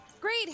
great